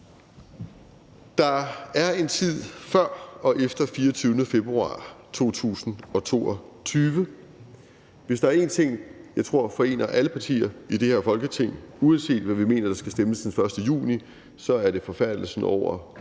Der er en tid før og en tid efter den 24. februar 2022. Hvis der er én ting, jeg tror forener alle partier i det her Folketing, uanset hvad vi mener der skal stemmes den 1. juni, så er det forfærdelsen over,